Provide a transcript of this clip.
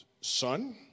son